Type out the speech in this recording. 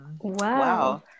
wow